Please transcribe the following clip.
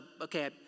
okay